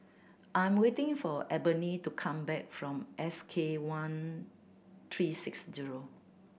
I'm waiting for Ebony to come back from S K one three six zero